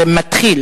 זה מתחיל,